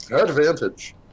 Advantage